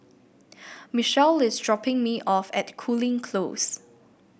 Michele is dropping me off at Cooling Close